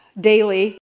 daily